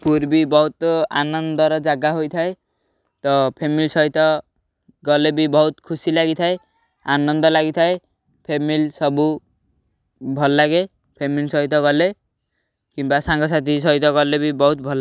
ପୁରୀ ବି ବହୁତ ଆନନ୍ଦର ଜାଗା ହୋଇଥାଏ ତ ଫ୍ୟାମିଲି ସହିତ ଗଲେ ବି ବହୁତ ଖୁସି ଲାଗିଥାଏ ଆନନ୍ଦ ଲାଗିଥାଏ ଫ୍ୟାମିଲି ସବୁ ଭଲ ଲାଗେ ଫ୍ୟାମିଲି ସହିତ ଗଲେ କିମ୍ବା ସାଙ୍ଗସାଥି ସହିତ ଗଲେ ବି ବହୁତ ଭଲ